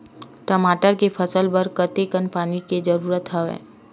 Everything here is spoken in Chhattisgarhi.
टमाटर के फसल बर कतेकन पानी के जरूरत हवय?